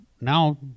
now